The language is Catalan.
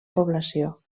població